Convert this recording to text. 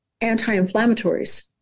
anti-inflammatories